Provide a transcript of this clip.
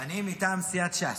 אני מטעם סיעת ש"ס.